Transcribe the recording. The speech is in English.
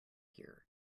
here